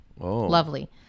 Lovely